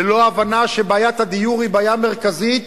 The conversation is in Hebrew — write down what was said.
ללא הבנה שבעיית הדיור היא בעיה מרכזית,